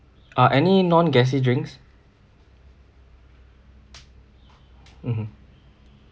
uh any non-gassy drinks mmhmm